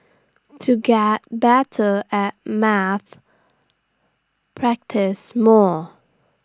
to get better at maths practise more